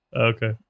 Okay